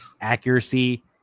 accuracy